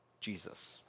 Jesus